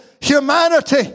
humanity